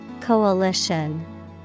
Coalition